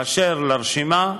באשר לרשימה,